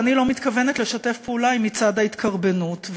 ואני לא מתכוונת לשתף פעולה עם מצעד ההתקרבנות.